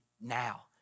now